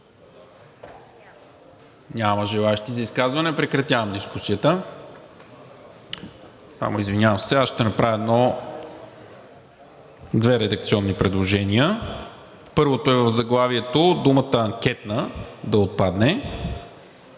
Няма желаещи за изказване. Прекратявам дискусията. Аз ще направя две редакционни предложения. Първото е в заглавието – думата „анкетна“ да отпадне,